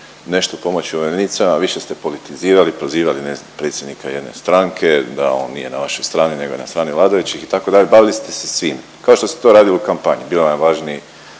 nešto pomoći umirovljenicima, više ste politizirali, prozivali ne znam predsjednika jedne stranke da on nije na vašoj strani nego je na strani vladajućih itd. Bavili ste se svim kao što ste to radili u kampanji. Bilo vam je važnije